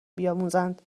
بیاموزند